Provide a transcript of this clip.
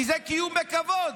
כי זה קיום בכבוד.